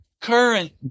current